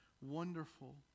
wonderful